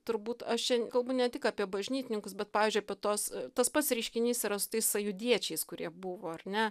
turbūt aš čia kalbu ne tik apie bažnytininkus bet pavyzdžiui apie tuos tas pats reiškinys yra su tais sąjūdiečiais kurie buvo ar ne